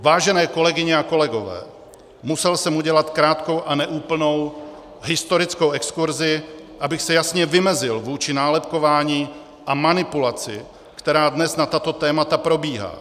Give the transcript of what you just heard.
Vážené kolegyně a kolegové, musel jsem udělat krátkou a neúplnou historickou exkurzi, abych se jasně vymezil vůči nálepkování a manipulaci, která dnes na tato témata probíhá.